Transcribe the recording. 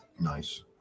Nice